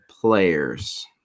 players